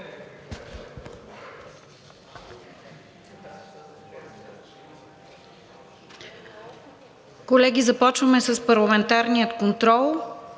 Колеги, започваме с парламентарния контрол.